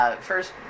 first